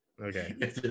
okay